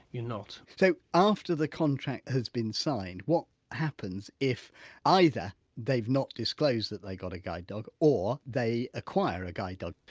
you're not so after the contract has been signed, what happens if either they've not disclosed that they've got a guide dog or they acquire a guide dog?